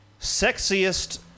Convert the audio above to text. Sexiest